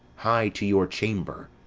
hie to your chamber.